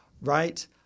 right